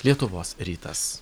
lietuvos rytas